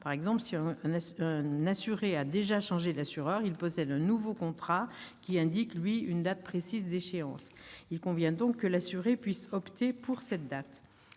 Par exemple, si un assuré a déjà changé d'assureur, il possède un nouveau contrat qui indique, lui, une date précise d'échéance. Il convient que l'assuré puisse opter pour cette date.